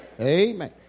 Amen